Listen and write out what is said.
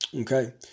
Okay